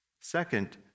Second